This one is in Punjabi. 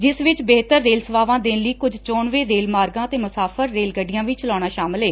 ਜਿਸ ਵਿਚ ਬਿਹਤਰ ਰੇਲ ਸੇਵਾਵਾਂ ਦੇਣ ਲਈ ਕੁਝ ਚੋਣਵੇਂ ਰੇਲ ਮਾਰਗਾਂ ਤੇ ਮੁਸਾਫ਼ਿਰ ਰੇਲ ਗੱਡੀਆਂ ਵੀ ਚਲਾਉਣਾ ਸ਼ਾਮਲ ਏ